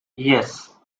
yes